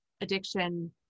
addiction